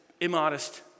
immodest